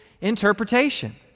interpretation